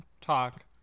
Talk